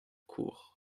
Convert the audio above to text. kozh